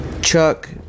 Chuck